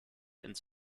ins